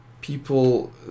people